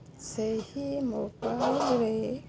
ସେହି ମୋବାଇଲ୍ରେ